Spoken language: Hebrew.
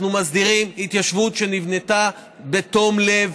אנחנו מסדירים התיישבות שנבנתה בתום לב.